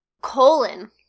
Colon